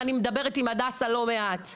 אני מדברת עם הדסה לא מעט,